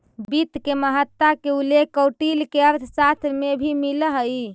वित्त के महत्ता के उल्लेख कौटिल्य के अर्थशास्त्र में भी मिलऽ हइ